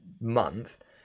month